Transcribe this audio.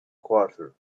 quarter